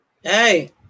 Hey